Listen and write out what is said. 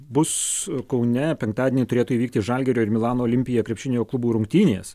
bus kaune penktadienį turėtų įvykti žalgirio ir milano olimpija krepšinio klubų rungtynės